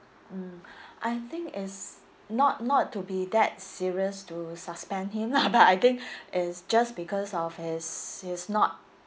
mm I think it's not not to be that serious to suspend him lah but I think it's just because of he's he's not